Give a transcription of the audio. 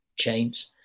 chains